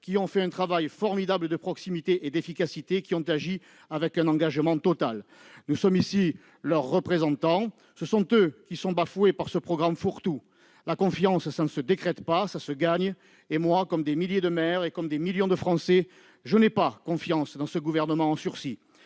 ont fait un travail formidable de proximité et d'efficacité, agissant avec un engagement total. Nous sommes ici leurs représentants. Ce sont eux qui sont bafoués par ce programme fourre-tout. La confiance, cela ne se décrète pas, cela se gagne. Moi-même, comme des milliers de maires et des millions de Français, je n'ai pas confiance dans ce gouvernement en sursis.